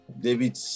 David